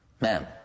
ma'am